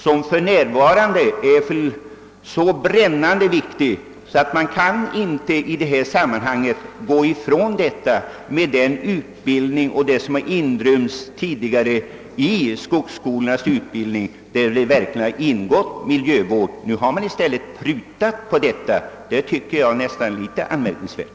Det senare spörsmålet är för närvarande så viktigt att man inte kan bortse från det i detta sammanhang med hänsyn till den utbildning som tidigare ingått i skogsskolornas verksamhet. Här har naturvården verkligen haft en viktig plats, men nu har det prutats på denna punkt, vilket jag finner en smula anmärkningsvärt.